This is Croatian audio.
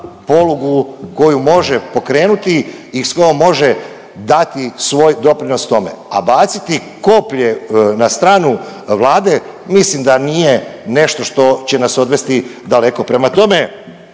polugu koju može pokrenuti i s kojom može dati svoj doprinos tome, a baciti koplje na stranu Vlade mislim da nije nešto što će nas odvesti daleko. Prema tome,